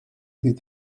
did